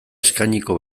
eskainiko